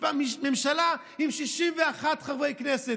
ממשלה עם 61 חברי כנסת,